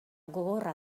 gogorra